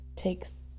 takes